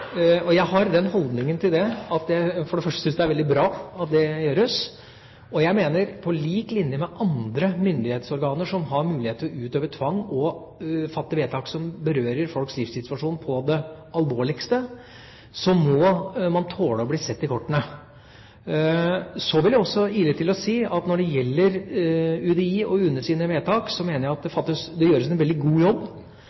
Jeg har den holdningen til det for det første at jeg syns det er veldig bra at det gjøres. Og så mener jeg at på lik linje med andre myndighetsorganer som har mulighet til å utøve tvang og fatte vedtak som berører folks livssituasjon på det alvorligste, må man tåle å bli sett i kortene. Så vil jeg også ile til med å si at når det gjelder UDIs og UNEs vedtak, mener jeg at det